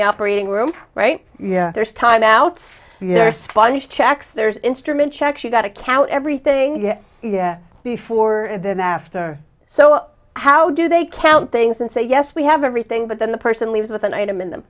the operating room right yeah there's timeouts your spine is checks there's instrument checks you've got a count everything yet before and then after so how do they count things and say yes we have everything but then the person leaves with an item in them